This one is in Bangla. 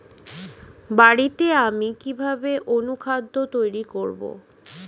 বাড়িতে আমি কিভাবে অনুখাদ্য তৈরি করব?